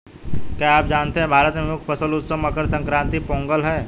क्या आप जानते है भारत में मुख्य फसल उत्सव मकर संक्रांति, पोंगल है?